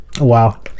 Wow